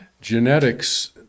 Genetics